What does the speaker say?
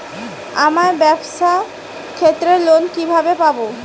আমার ব্যবসার ক্ষেত্রে লোন কিভাবে পাব?